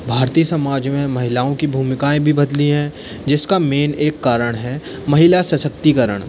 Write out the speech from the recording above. भारतीय समाज में महिलाओं कि भूमिकाएं भी बदली हैं जिसका मेन एक कारण हैं महिला सशक्तीकरण